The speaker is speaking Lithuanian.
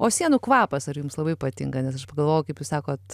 o sienų kvapas ar jums labai patinka nes aš pagalvojau kaip jūs sakot